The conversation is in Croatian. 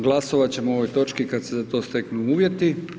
Glasovati ćemo o ovoj točki kada se za to steknu uvjeti.